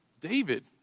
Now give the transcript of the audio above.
David